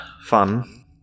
fun